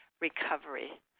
recovery